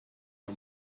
are